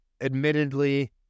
Admittedly